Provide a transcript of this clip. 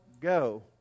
go